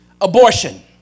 abortion